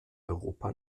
europa